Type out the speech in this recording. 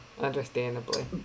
understandably